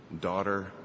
Daughter